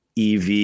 EV